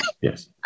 yes